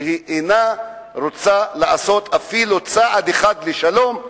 שאינה רוצה לעשות אפילו צעד אחד לשלום,